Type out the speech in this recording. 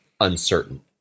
uncertain